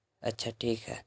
اچھا ٹھیک ہے